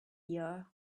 year